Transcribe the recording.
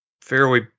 fairly